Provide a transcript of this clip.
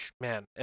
man